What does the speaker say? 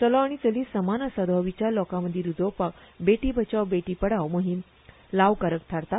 चलो आनी चली समान आसात हो विचार लोकांमदी रुजोवपाक बेटी बचाव बेटी पढाव मोहिम लावकारक थारता